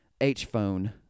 H-phone